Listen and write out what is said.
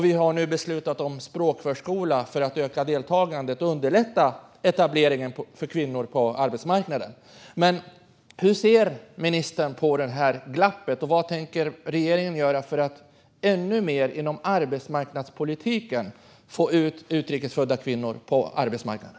Vi har nu beslutat om språkförskola för att öka deltagandet och underlätta etableringen för kvinnor på arbetsmarknaden. Hur ser ministern på det här glappet, och vad tänker regeringen ytterligare göra inom arbetsmarknadspolitiken för att få ut utrikes födda kvinnor på arbetsmarknaden?